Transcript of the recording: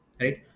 Right